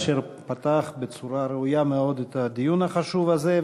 אשר פתח בצורה ראויה מאוד את הדיון החשוב הזה.